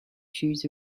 shoes